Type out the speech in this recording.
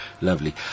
lovely